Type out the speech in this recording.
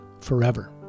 forever